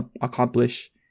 accomplish